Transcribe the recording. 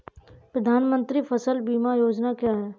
प्रधानमंत्री फसल बीमा योजना क्या है?